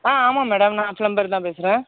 ஆமாம் மேடம் நான் பிளம்பர் தான் பேசுகிறேன்